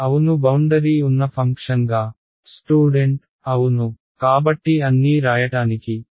అవును బౌండరీ ఉన్న ఫంక్షన్గా స్టూడెంట్ అవును కాబట్టి సమయం 1622 చూడండి అన్నీ